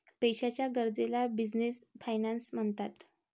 पैशाच्या गरजेला business finance म्हणतात